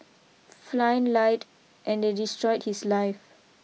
Flynn lied and they destroyed his life